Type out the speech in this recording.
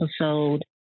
episode